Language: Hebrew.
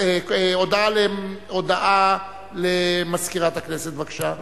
הודעה למזכירת הכנסת, בבקשה.